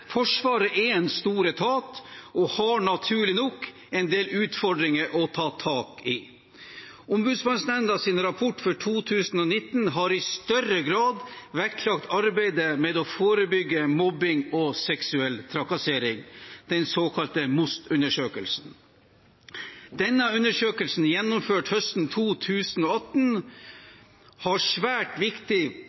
Forsvaret er en stor etat og har naturlig nok en del utfordringer å ta tak i. Ombudsmannsnemndas rapport for 2019 har i større grad vektlagt arbeidet med å forebygge mobbing og seksuell trakassering, den såkalte MOST-undersøkelsen. Denne undersøkelsen, gjennomført høsten 2018, har vært svært viktig